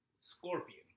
Scorpion